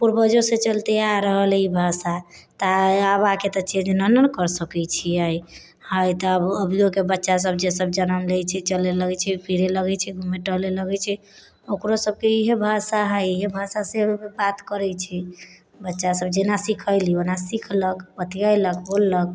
पूर्वजोसँ चलते आ रहलै यऽ ई भाषा तऽ आब आके तऽ चेन्ज ना नु कर सकै छियै काहे तऽ अभियोके बच्चा सब जे सब जनम लै छै चले लगै छै फिरे लगै छै घुमै टहले लगै छै ओकरो सबके इहे भाषा है ई भाषासँ बात करै छी बच्चा सब जेना सिखैली ओना सिखलक बतियैलक बोललक